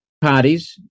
parties